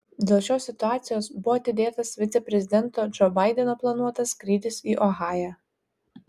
dėl šios situacijos buvo atidėtas viceprezidento džo baideno planuotas skrydis į ohają